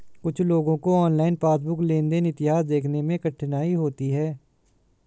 कुछ लोगों को ऑनलाइन पासबुक लेनदेन इतिहास देखने में कठिनाई होती हैं